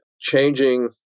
changing